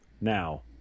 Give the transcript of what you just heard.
now